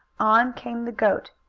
on came the goat.